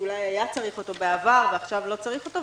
שאולי היה צריך אותו בעבר ועכשיו לא צריך אותו,